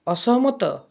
ଅସହମତ